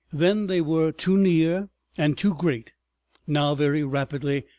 then they were too near and too great now, very rapidly,